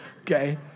okay